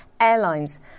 Airlines